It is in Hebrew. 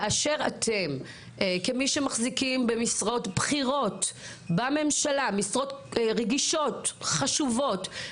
כאשר אתם כמי שמחזיקים במשרות בכירות רגישות וחשובות בממשלה,